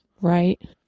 Right